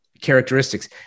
characteristics